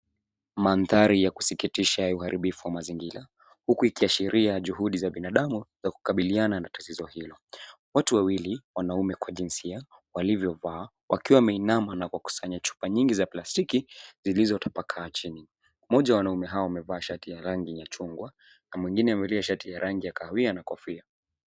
Mandhari ya kusikitisha ya uharibifu wa mazingira huku ikiashiria juhudi za binadamu za kukabiliana na tatizo hilo. Watu wawili, wanaume kwa jinsia walivyovaa, wakiwa wameinama na kukusanya chupa nyingi za plastiki zilizotapakaa chini. Mmoja wa wanaume hao amevaa shati ya rangi ya chungwa na mwingine amevaa shati ya rangi ya kahawia na kofia.